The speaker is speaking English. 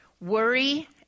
Worry